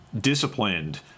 disciplined